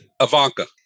Ivanka